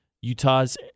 Utah's